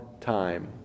time